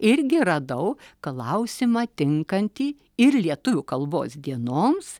irgi radau klausimą tinkantį ir lietuvių kalbos dienoms